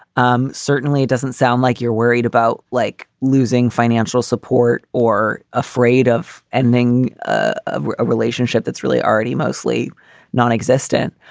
um certainly it doesn't sound like you're worried about like losing financial support or afraid of ending a a relationship that's really already mostly nonexistent.